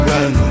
Run